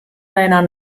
deiner